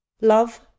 Love